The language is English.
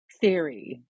theory